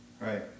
right